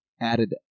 added